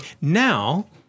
Now